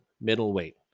middleweight